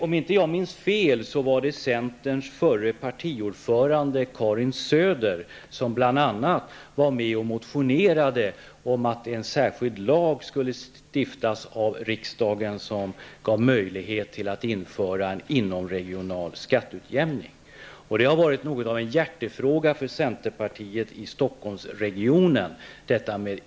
Om jag inte minns fel var det centerns förre partiordförande Karin Söder som bl.a. var med och väckte en motion om att en särskild lag skulle stiftas av riksdagen som gav möjlighet till att införa en inomregional skatteutjämning. Det har varit något av en hjärtefråga för centerpartiet i Stockholmsregionen.